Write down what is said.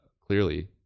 clearly